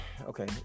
okay